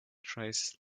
trays